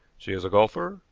she is a golfer,